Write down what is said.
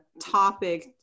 topic